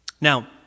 Now